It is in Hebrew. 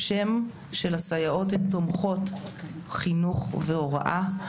השם של הסייעות הן תומכות חינוך והוראה.